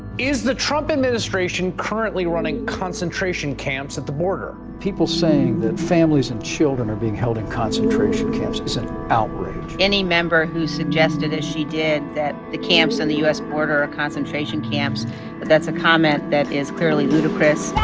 is the trump administration currently running concentration camps at the border? people saying that families and children are being held in concentration camps is an outrage any member who suggested, as she did, that the camps on the u s. border are concentration camps that's a comment that is clearly ludicrous